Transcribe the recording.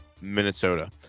Minnesota